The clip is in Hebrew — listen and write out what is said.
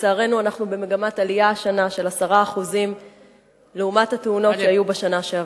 ולצערנו אנחנו השנה במגמת עלייה של 10% לעומת התאונות שהיו בשנה שעברה.